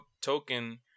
token